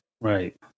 right